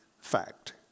Fact